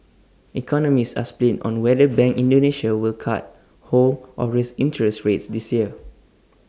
economists are split on whether bank Indonesia will cut hold or raise interest rates this year